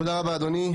תודה רבה אדוני.